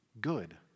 good